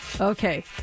Okay